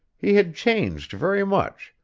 he had changed very much,